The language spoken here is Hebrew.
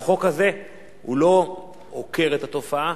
החוק הזה לא עוקר את התופעה,